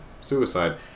suicide